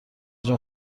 جون